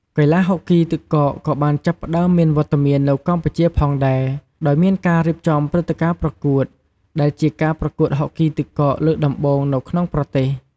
កីឡាហុកគីទឹកកកក៏បានចាប់ផ្ដើមមានវត្តមាននៅកម្ពុជាផងដែរ ដោយមានការរៀបចំព្រឹត្តិការណ៍ប្រកួត ដែលជាការប្រកួតហុកគីទឹកកកលើកដំបូងនៅក្នុងប្រទេស។